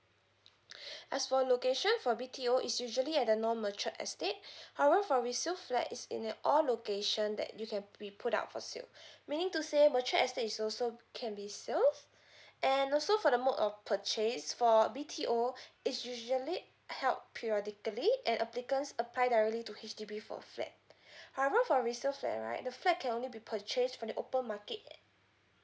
as for location for B_T_O is usually at the known matured estate however for resale flat it's in uh all location that you can we put out for sale meaning to say mature estate is also can be sale and also for the mode of purchase for B_T_O it's usually held periodically and applicants apply directly to H_D_B for flat however for resale flat right the flat can only be purchased from the open market